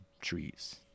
trees